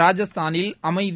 ராஜஸ்தானில் அமைதி